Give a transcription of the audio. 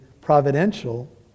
providential